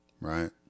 right